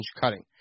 cutting